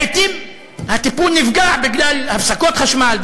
לעתים הטיפול נפגע בגלל הפסקות חשמל,